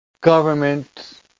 government